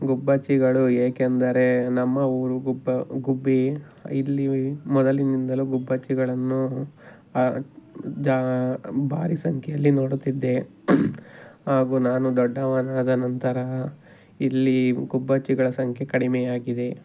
ಗುಬ್ಬಚ್ಚಿಗಳು ಏಕೆಂದರೆ ನಮ್ಮ ಊರು ಗುಬ್ಬಿ ಗುಬ್ಬಿ ಇಲ್ಲಿ ಮೊದಲಿನಿಂದಲೂ ಗುಬ್ಬಚ್ಚಿಗಳನ್ನು ಜಾ ಭಾರೀ ಸಂಖ್ಯೆಯಲ್ಲಿ ನೋಡುತ್ತಿದ್ದೆ ಹಾಗೂ ನಾನು ದೊಡ್ಡವನಾದ ನಂತರ ಇಲ್ಲಿ ಗುಬ್ಬಚ್ಚಿಗಳ ಸಂಖ್ಯೆ ಕಡಿಮೆಯಾಗಿದೆ